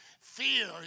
Fear